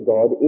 God